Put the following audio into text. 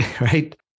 right